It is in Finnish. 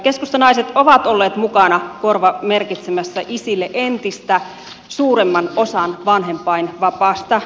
keskustanaiset ovat olleet mukana korvamerkitsemässä isille entistä suuremman osan vanhempainvapaasta